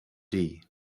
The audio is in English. dee